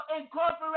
incorporate